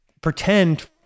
pretend